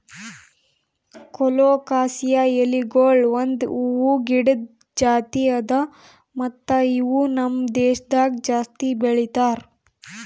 colocasia ಎಲಿಗೊಳ್ ಒಂದ್ ಹೂವು ಗಿಡದ್ ಜಾತಿ ಅದಾ ಮತ್ತ ಇವು ನಮ್ ದೇಶದಾಗ್ ಜಾಸ್ತಿ ಬೆಳೀತಾರ್